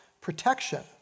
protection